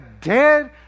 dead